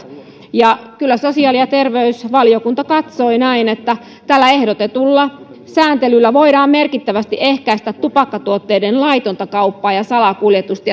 kyllä sosiaali ja terveysvaliokunta katsoi näin että tällä ehdotetulla sääntelyllä voidaan merkittävästi ehkäistä tupakkatuotteiden laitonta kauppaa ja salakuljetusta